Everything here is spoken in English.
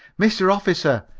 mister officer,